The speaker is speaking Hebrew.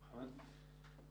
חבר הכנסת חמד עמאר.